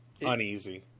uneasy